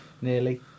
nearly